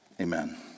Amen